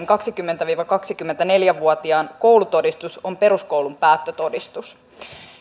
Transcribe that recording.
kaksikymmentä viiva kaksikymmentäneljä vuotiaan koulutodistus on peruskoulun päättötodistus